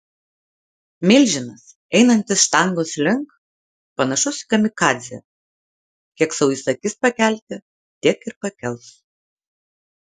milžinas einantis štangos link panašus į kamikadzę kiek sau įsakys pakelti tiek ir pakels